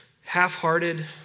half-hearted